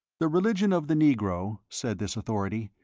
the religion of the negro, said this authority,